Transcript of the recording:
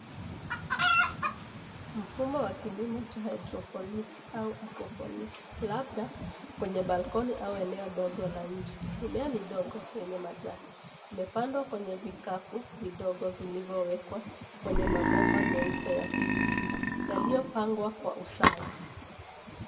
Mfumo wa kilimo cha haidroponiki au akuaponiki, labda kwenye balkoni au eneo dogo la nje, mimea midogo yenye majani yamepandwa kwenye vikpu vidogo vilivowekwa kwenye mabomba meupe ya PVC yaliyopangwa kwa usawa.